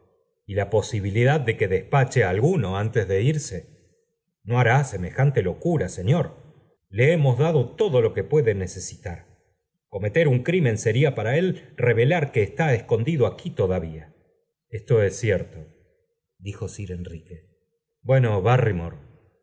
y la posibilidad de que despache á alguno antes de irse no hará semejante locura señor le hemos ciado todo lo que pueda necesitar cometer un crimen seria para él revelar que está escondido aquí todavía esto eé cierto dijo sir enrique bueno barrymore